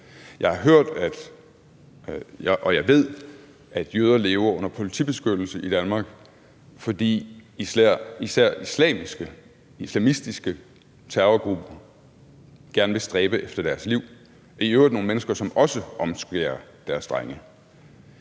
Jeg har hørt, og jeg ved, at jøder lever under politibeskyttelse i Danmark, fordi især islamistiske terrorgrupper gerne vil stræbe dem efter livet. Det er i øvrigt nogle mennesker, som også omskærer deres drenge.